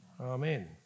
Amen